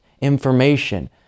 information